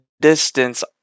distance